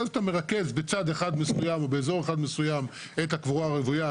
ואז אתה מרכז בצד אחד מסוים או באזור אחד מסוים את הקבורה הרוויה,